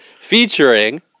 featuring